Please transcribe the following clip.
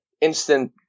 instant